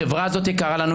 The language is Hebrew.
החברה הזאת יקרה לנו,